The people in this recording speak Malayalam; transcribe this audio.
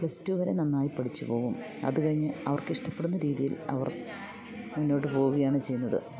പ്ലസ്ടു വരെ നന്നായി പഠിച്ചു പോകും അത് കഴിഞ്ഞ് അവർക്ക് ഇഷ്ടപ്പെടുന്ന രീതിയിൽ അവർ മുന്നോട്ട് പോവുകയാണ് ചെയ്യുന്നത്